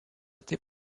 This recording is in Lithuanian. taip